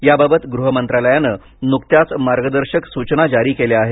याबाबत गृह मंत्रालयानं नुकत्याच मार्गदर्शक सूचना जारी केल्या आहेत